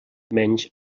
menys